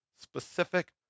specific